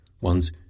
one's